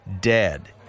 Dead